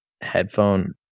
headphone